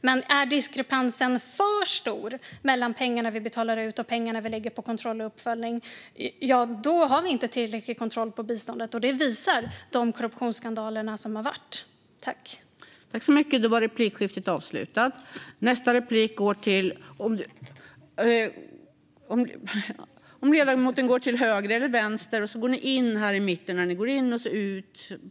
Men är diskrepansen för stor mellan pengarna vi betalar ut och pengarna vi lägger på kontroll och uppföljning har vi inte tillräcklig kontroll på biståndet, och det visas av de korruptionsskandaler som har skett.